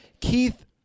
Keith